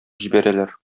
җибәрәләр